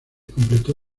completó